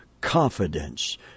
confidence